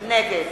נגד